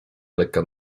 lekka